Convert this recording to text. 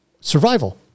survival